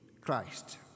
Christ